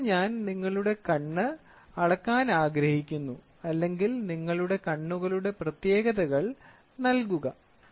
ഇപ്പോൾ ഞാൻ നിങ്ങളുടെ കണ്ണ് അളക്കാൻ ആഗ്രഹിക്കുന്നു അല്ലെങ്കിൽ നിങ്ങളുടെ കണ്ണുകളുടെ പ്രത്യേകതകൾ നൽകുക